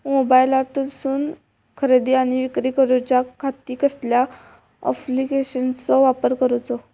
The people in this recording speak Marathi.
मोबाईलातसून खरेदी आणि विक्री करूच्या खाती कसल्या ॲप्लिकेशनाचो वापर करूचो?